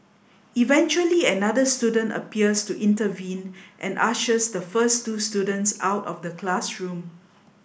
eventually another student appears to intervene and ushers the first two students out of the classroom